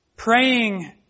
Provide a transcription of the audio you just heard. Praying